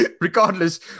Regardless